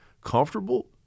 comfortable